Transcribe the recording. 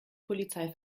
polizei